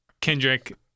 Kendrick